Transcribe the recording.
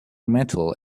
metal